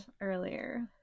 earlier